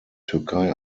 türkei